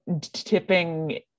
tipping